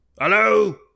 Hello